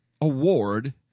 award